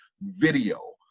video